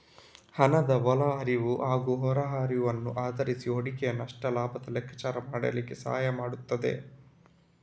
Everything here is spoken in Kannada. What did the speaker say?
ಹಣದ ಒಳ ಹರಿವು ಹಾಗೂ ಹೊರ ಹರಿವನ್ನು ಆಧರಿಸಿ ಹೂಡಿಕೆಯ ನಷ್ಟ ಲಾಭದ ಲೆಕ್ಕಾಚಾರ ಮಾಡ್ಲಿಕ್ಕೆ ಸಹಾಯ ಮಾಡ್ತದೆ